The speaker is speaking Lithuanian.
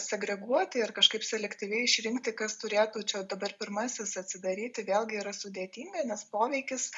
segreguoti ir kažkaip selektyviai išrinkti kas turėtų čia dabar pirmasis atsidaryti vėlgi yra sudėtinga nes poveikis